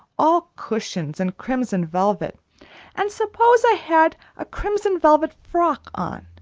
all cushions and crimson velvet and suppose i had a crimson velvet frock on,